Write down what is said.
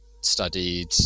studied